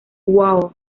wow